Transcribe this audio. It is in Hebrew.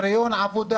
פריון עבודה.